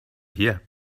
here